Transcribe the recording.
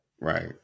Right